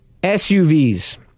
SUVs